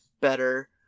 better